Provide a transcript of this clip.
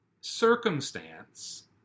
circumstance